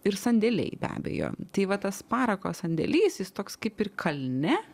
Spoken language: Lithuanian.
ir sandėliai be abejo tai va tas parako sandėlis jis toks kaip ir kalne